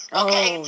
okay